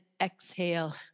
exhale